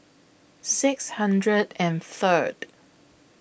six hundred and Third